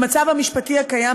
במצב המשפטי הקיים,